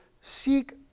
seek